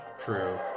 True